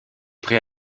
prêt